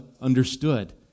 understood